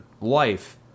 life